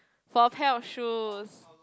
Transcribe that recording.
for a pair of shoes